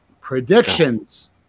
predictions